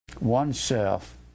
oneself